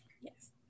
yes